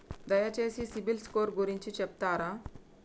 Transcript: దయచేసి సిబిల్ స్కోర్ గురించి చెప్తరా?